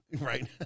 Right